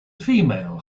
female